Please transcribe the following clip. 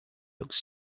looked